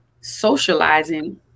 socializing